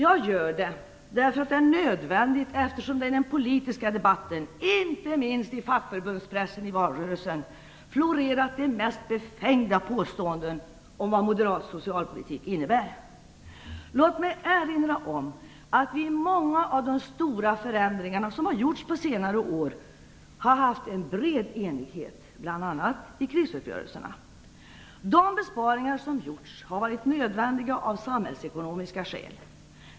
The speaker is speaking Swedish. Det är nödvändigt att göra det, eftersom det i den politiska debatten - inte minst i fackförbundspressen under valrörelsen - florerat de mest befängda påståenden om vad moderat socialpolitik innebär. Låt mig erinra om att vi när det gäller många av de stora förändringar som har skett på senare år har haft en bred enighet, bl.a. vid krisuppgörelserna. De besparingar som har gjorts har varit nödvändiga av samhällsekonomiska skäl.